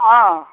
অঁ